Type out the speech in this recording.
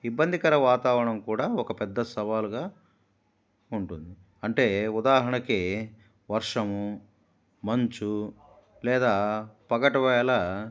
ఇబ్బందికర వాతావరణం కూడా ఒక పెద్ద సవాలుగా ఉంటుంది అంటే ఉదాహరణకి వర్షము మంచు లేదా పగటివేళ